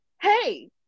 hey